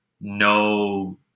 no